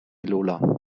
lola